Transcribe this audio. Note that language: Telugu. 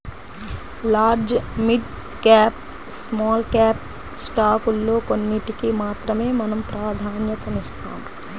large, mid cap, small cap స్టాకుల్లో కొన్నిటికి మాత్రమే మనం ప్రాధన్యతనిస్తాం